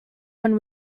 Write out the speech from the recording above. when